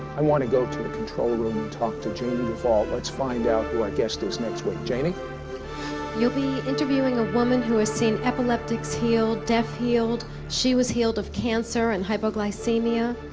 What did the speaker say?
i want to go to the control room and talk to janie duvall. let's find out who our guest is next week. janie? janie you'll be interviewing a woman who has seen epileptics healed, deaf healed. she was healed of cancer and hypoglycemia.